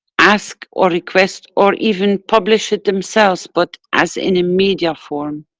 ask or request or even publish it themselves, but as in a media form.